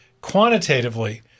quantitatively